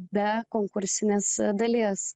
be konkursinės dalies